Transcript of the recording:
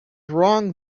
wrong